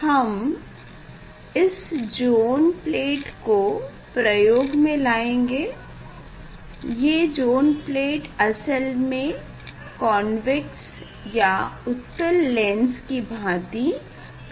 अब हम इस ज़ोन प्लेट को प्रयोग में लाएँगे ये ज़ोन प्लेट असल में कॉन्वैक्स उत्तललेंस की भाँति काम करता है